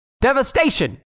devastation